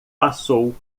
passou